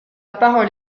parole